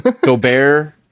Gobert